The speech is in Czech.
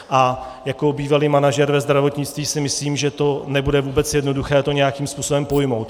A jako bývalý manažer ve zdravotnictví si myslím, že nebude vůbec jednoduché to nějakým způsobem pojmout.